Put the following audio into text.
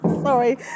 Sorry